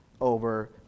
over